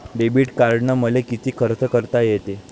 Debit कार्डानं मले किती खर्च करता येते?